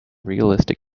realistic